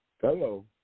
Hello